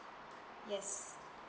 yes